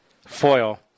foil